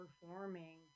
performing